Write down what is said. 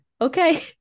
Okay